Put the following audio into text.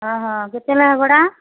ଓ ହୋ କେତେ ଲାଖେ ଭଡ଼ା